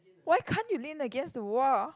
why can't you lean against the wall